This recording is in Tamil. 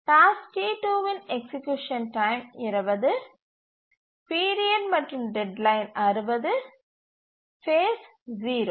டாஸ்க் T2 இன் எக்சீக்யூசன் டைம் 20 பீரியட் மற்றும் டெட்லைன் 60 ஃபேஸ் 0